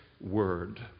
word